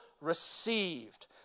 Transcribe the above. received